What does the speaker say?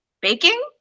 Baking